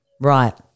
Right